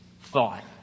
thought